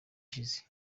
ishize